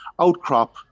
outcrop